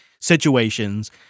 situations